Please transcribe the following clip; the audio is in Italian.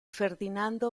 ferdinando